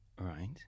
Right